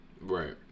Right